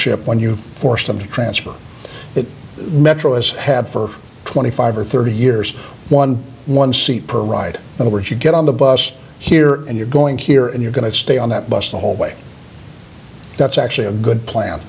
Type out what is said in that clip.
ridership when you force them to transfer that metro has had for twenty five or thirty years one one seat per ride and the words you get on the bus here and you're going here and you're going to stay on that bus the whole way that's actually a good plan